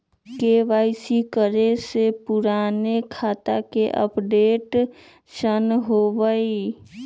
KYC करें से पुराने खाता के अपडेशन होवेई?